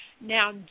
Now